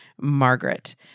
Margaret